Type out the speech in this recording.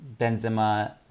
Benzema